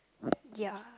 ya